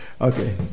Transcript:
Okay